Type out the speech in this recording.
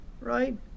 right